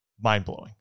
mind-blowing